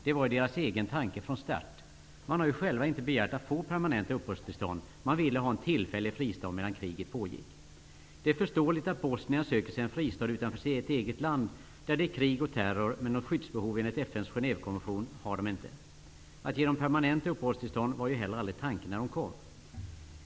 Det var ju deras egen tanke från start. De har ju själva inte begärt att få permanenta uppehållstillstånd. De ville ha en tillfällig fristad medan kriget pågick. Det är förståeligt att bosnierna söker sig en fristad utanför sitt eget land, där det är krig och terror. Men något skyddsbehov enligt FN:s Genèvekonvention har de inte. Att ge dem permanenta uppehållstillstånd var ju heller aldrig tanken när de kom.